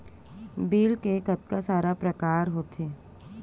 Bill के कतका सारा प्रकार होथे?